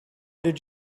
did